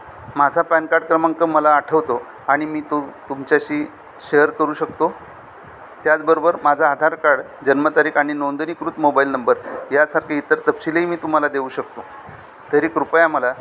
माझा PAN card क्रमांक मला आठवतो आणि मी तो तुमच्याशी शेअर करू शकतो त्याचबरोबर माझा आधार कार्ड जन्मतारीख आणि नोंदणीकृत मोबाईल नंबर यासारखे इतर तपशीलही मी तुम्हाला देऊ शकतो तरी कृपया मला